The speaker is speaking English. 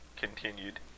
continued